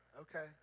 Okay